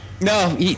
No